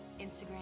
Instagram